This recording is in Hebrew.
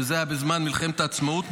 שזה היה בזמן מלחמת העצמאות,